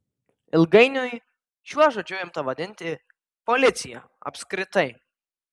ilgainiui šiuo žodžiu imta vadinti policiją apskritai